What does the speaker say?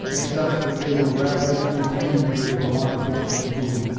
except that they were ragged and attenuated for want of wholesome food.